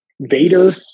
Vader